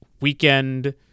weekend